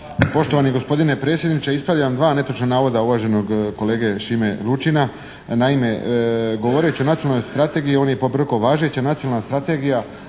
Poštovani gospodine predsjedniče, ispravljam dva netočna navoda uvaženog kolege Šime Lučina. Naime, govoreći o nacionalnoj strategiji on je pobrkao, važeća nacionalna strategija